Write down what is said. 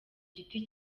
giti